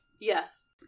Yes